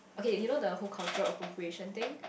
okay you know the whole cultural appropriation thing